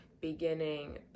beginning